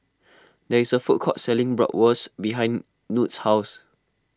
there is a food court selling Bratwurst behind Knute's house